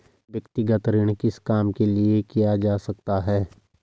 व्यक्तिगत ऋण किस काम के लिए किया जा सकता है?